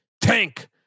tank